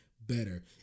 better